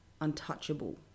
untouchable